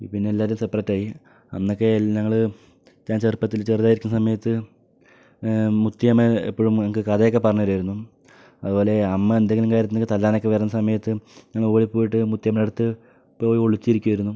പിന്ന എല്ലാവരും സെപ്പറേറ്റായി അന്നൊക്കെ ഞങ്ങൾ ഞാൻ ചെറുപ്പത്തിൽ ചെറുതായിരിക്കുന്ന സമയത്ത് മുത്തിയമ്മ എപ്പോഴും ഞങ്ങൾക്ക് കഥയൊക്കെ പറഞ്ഞ് തരുമായിരുന്നു അതുപോലെ അമ്മ എന്തെങ്കിലും കാര്യത്തിന് തല്ലാനൊക്കെ വരുന്ന സമയത്ത് ഞങ്ങൾ ഓടിപ്പോയിട്ട് മുത്തിയമ്മയുടെ അടുത്ത് പോയി ഒളിച്ചിരിക്കുമായിരുന്നു